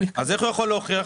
איך הוא יכול להוכיח?